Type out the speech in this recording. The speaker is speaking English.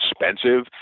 expensive